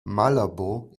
malabo